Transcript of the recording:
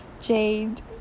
Jade